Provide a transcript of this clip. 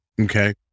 Okay